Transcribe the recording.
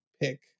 pick